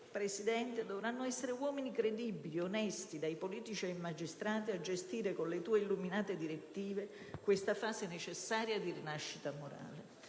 Presidente, uomini credibili, onesti, dai politici ai magistrati, a gestire, con le tue illuminate direttive, questa fase necessaria di rinascita morale».